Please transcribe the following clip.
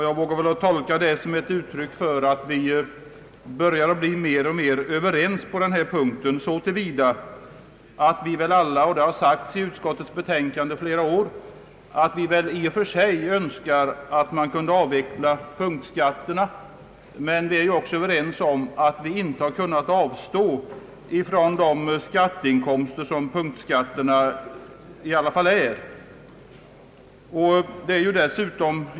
Jag vågar väl tolka detta som ett uttryck för att vi börjar bli alltmer överens på denna punkt så till vida att vi alla i och för sig önskar att punktskatterna kunde avvecklas — en önskan som ju också utskottet under flera år framhållit i sina betänkanden. Men vi är samtidigt också överens om att vi inte har kunnat avstå från de skatteinkomster som punktskatterna ändå ger.